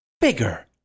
bigger